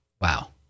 wow